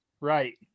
right